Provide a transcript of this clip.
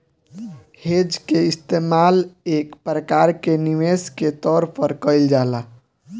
hedge के इस्तेमाल एक प्रकार के निवेश के तौर पर कईल जाला